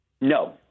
No